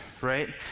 Right